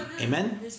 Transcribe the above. Amen